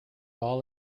all